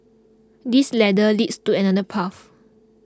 this ladder leads to another path